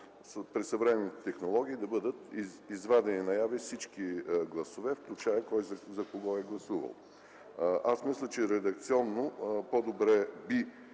при съвременните технологии да бъдат извадени наяве всички гласове, включително кой за кого е гласувал. Аз мисля, че редакционно по-ясно би